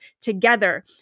together